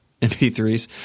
MP3s